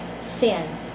sin